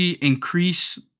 increase